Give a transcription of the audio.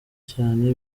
cyane